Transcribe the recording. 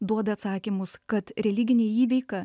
duoda atsakymus kad religinė įveika